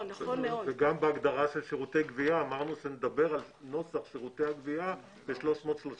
וגם בהגדרת שירותי גבייה אמרנו שנדבר על נוסח שירותי הגבייה ב-330ח.